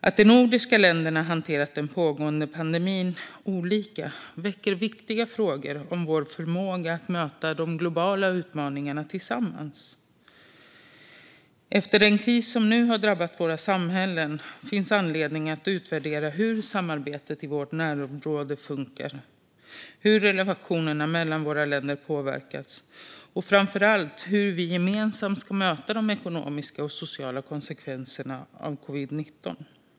Att de nordiska länderna hanterat den pågående pandemin olika väcker viktiga frågor om vår förmåga att möta de globala utmaningarna tillsammans. Efter den kris som nu har drabbat våra samhällen finns anledning att utvärdera hur samarbetet i vårt närområde funkar, hur relationerna mellan våra länder påverkats och framför allt hur vi gemensamt ska möta de ekonomiska och sociala konsekvenserna av covid-19.